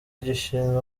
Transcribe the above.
gishinzwe